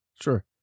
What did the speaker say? sure